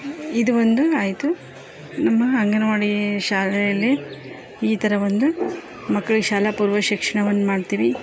ಇದು ಒಂದು ಆಯಿತು ನಮ್ಮ ಅಂಗನವಾಡಿ ಶಾಲೆಯಲ್ಲಿ ಈ ಥರ ಒಂದು ಮಕ್ಕಳಿಗೆ ಶಾಲಾ ಪೂರ್ವ ಶಿಕ್ಷಣವನ್ನು ಮಾಡ್ತೀವಿ